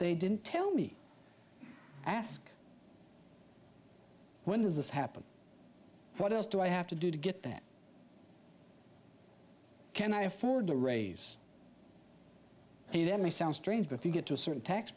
they didn't tell me ask when does this happen what else do i have to do to get that can i afford to raise the debt may sound strange but you get to a certain tax